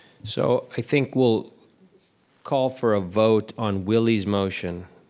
so i think we'll call for a vote on willy's motion,